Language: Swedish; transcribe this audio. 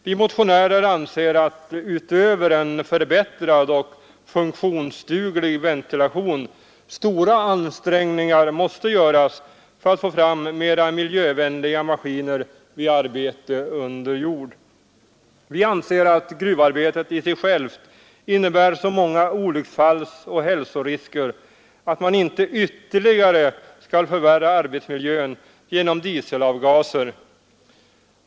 Vi motionärer anser att utöver en förbättrad och funktionsduglig ventilation stora ansträngningar måste göras för att få fram mera miljövänliga maskiner vid arbete under jord. Gruvarbetet i sig självt innebär så många olycksfallsoch hälsorisker att man inte ytterligare skall förvärra arbetsmiljön genom dieselavgaser.